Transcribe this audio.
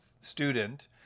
student